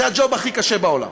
זה הג'וב הכי קשה בעולם.